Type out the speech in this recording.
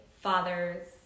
father's